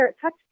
touch